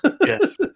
Yes